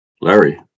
Larry